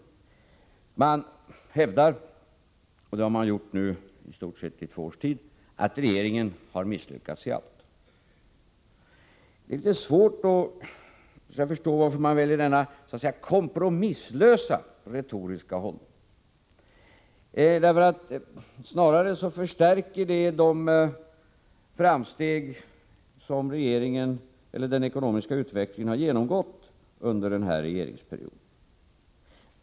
Man hävdar — det har man nu gjort i stort sett i två år — att regeringen har misslyckats i allt. Det är litet svårt att förstå varför man väljer denna kompromisslösa retoriska hållning. Snarare förstärker den bilden av de framsteg som den ekonomiska utvecklingen har genomgått under den här regeringsperioden.